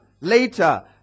later